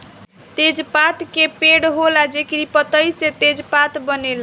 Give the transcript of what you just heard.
तेजपात के पेड़ होला जेकरी पतइ से तेजपात बनेला